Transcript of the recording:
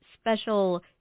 special